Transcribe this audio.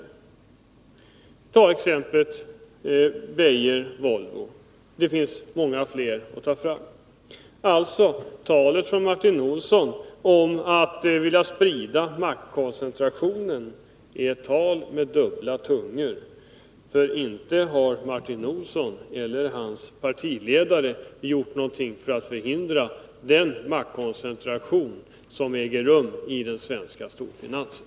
Jag kan nämna exemplet Beijer-Volvo, men det finns många fler. När Martin Olsson talar om att vilja sprida maktkoncentrationen, talar han med två tungor, för inte har Martin Olsson eller hans partiledare gjort något för att förhindra den maktkoncentration som äger rum i den svenska storfinansen.